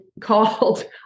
called